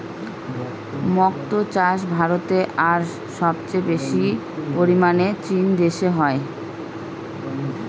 মক্তো চাষ ভারতে আর সবচেয়ে বেশি পরিমানে চীন দেশে হয়